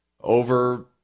over